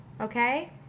okay